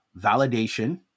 validation